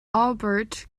albert